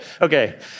Okay